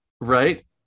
right